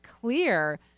clear